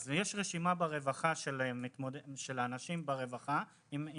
אז יש רשימה ברווחה של אנשים עם מוגבלות,